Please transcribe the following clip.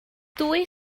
dwy